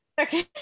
Okay